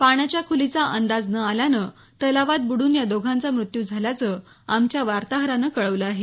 पाण्याच्या खोलीचा अंदाज न आल्यानं तलावात बुडून या दोघाचा मृत्यू झाल्याचं आमच्या वार्ताहरानं कळवलं आहे